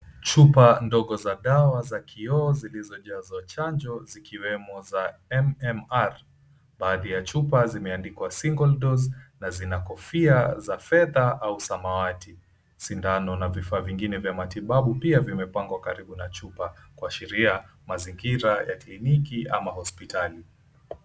Chupa ndogo za dawa za kioo zilizojazwa chanjo zikiwemo za MMR. Baadhi ya chupa zimeandikwa single dose na zina kofia za fedha au samawati. Sindano na vifaa vingine vya matibabu pia vimepangwa karibu na chupa kuashiria mazingira ya kliniki ama hospitali.